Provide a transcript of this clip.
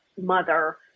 mother